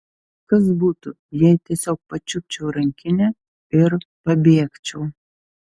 kas būtų jei tiesiog pačiupčiau rankinę ir pabėgčiau